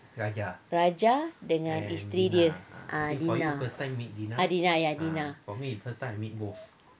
raja dengan isteri dia ah lina ah lina ah lina